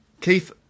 Keith